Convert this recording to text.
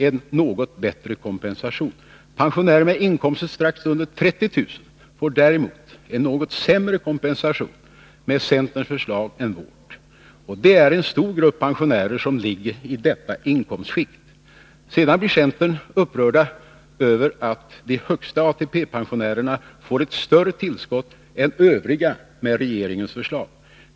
en något bättre kompensation. Pensionärer med inkomster strax under 30 000 kr. får däremot en något sämre kompensation med centerns förslag än med vårt. Det är en stor grupp pensionärer som ligger i detta inkomstskikt. Sedan blir man inom centern upprörd över att de högsta ATP pensionärerna med regeringens förslag får ett större tillskott än övriga.